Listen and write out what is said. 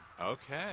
Okay